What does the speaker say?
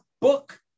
book